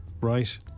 Right